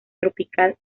tropical